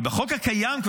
כי בחוק שכבר קיים,